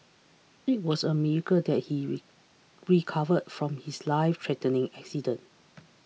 it was a miracle that he recovered from his life threatening accident